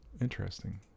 Interesting